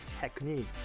technique